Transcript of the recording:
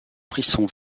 frisson